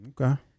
Okay